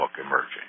emerging